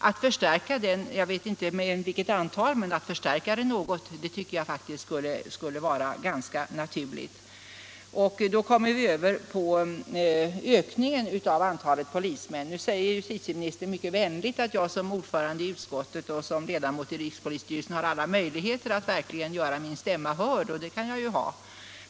Att förstärka den något tycker jag faktiskt skulle vara ganska naturligt, även om jag inte nu kan ange med vilket antal det skulle ske. Med detta har vi också kommit över på ökningen av antalet polismän. Justitieministern säger nu mycket vänligt att jag som ordförande i utskottet och som ledamot av rikspolisstyrelsen har alla möjligheter att verkligen göra min stämma hörd, och det kan så vara.